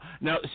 Now